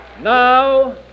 now